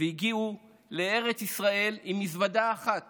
והגיעו לארץ ישראל עם מזוודה אחת